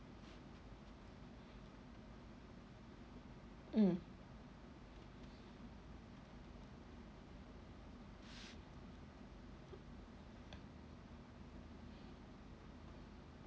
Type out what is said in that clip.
mm